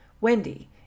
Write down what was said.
Wendy